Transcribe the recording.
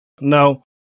Now